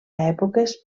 èpoques